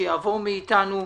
שיעבור מאיתנו,